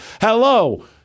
Hello